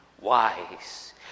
wise